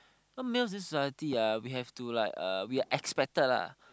male this society have to like we are expected lah